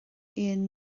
aon